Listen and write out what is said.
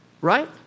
Right